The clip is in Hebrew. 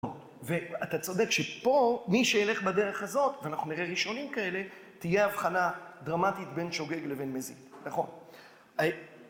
ואתה צודק שפה, מי שילך בדרך הזאת, ואנחנו נראה ראשונים כאלה, תהיה אבחנה דרמטית בין שוגג לבין מזיק, נכון?